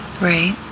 Right